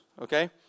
Okay